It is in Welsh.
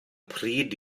pryd